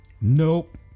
Nope